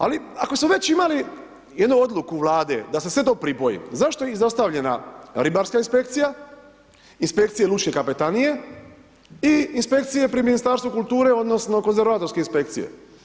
Ali, ako smo već imali jednu odluku Vlade da se sve to pripoji, zašto je izostavljena Ribarska inspekcija, Inspekcija lučke kapetanije i Inspekcija pri Ministarstvu kulture odnosno Konzervatorske inspekcije.